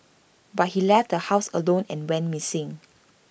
but he left the house alone and went missing